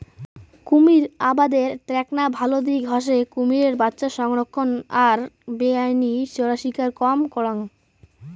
কুমীর আবাদের এ্যাকনা ভাল দিক হসে কুমীরের বাচ্চা সংরক্ষণ আর বেআইনি চোরাশিকার কম করাং